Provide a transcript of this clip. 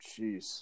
Jeez